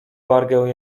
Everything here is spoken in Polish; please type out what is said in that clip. wargę